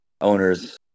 owners